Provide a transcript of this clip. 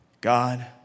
God